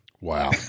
Wow